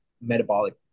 metabolic